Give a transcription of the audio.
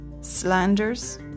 slanders